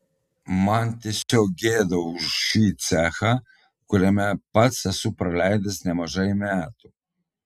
man tiesiog gėda už šį cechą kuriame pats esu praleidęs nemažai metų